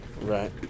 Right